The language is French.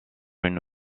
une